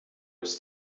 ist